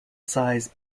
size